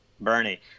Bernie